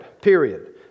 period